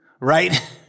right